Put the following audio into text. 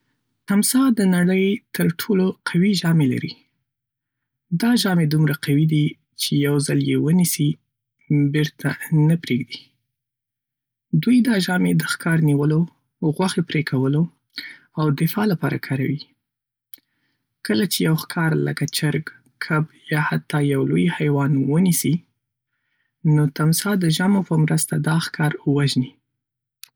تمساح د نړۍ له تر ټولو قوي ژامی لري. دا ژامې دومره قوي دي چې یو ځل یې ونیسي، بېرته نه پرېږدي. دوی دا ژامې د ښکار نیولو، غوښه پرې کولو، او دفاع لپاره کاروي. کله چې یو ښکار لکه چرګ، کب، یا حتی یو لوی حیوان ونیسي، نو تمساح د ژامو په مرسته دا ښکار وژني.